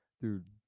Dude